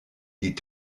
die